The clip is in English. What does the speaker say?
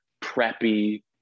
preppy